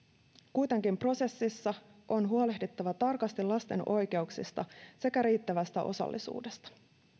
kuitenkin prosessissa on huolehdittava tarkasti lasten oikeuksista sekä riittävästä osallisuudesta